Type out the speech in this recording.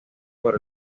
por